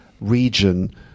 region